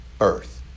earth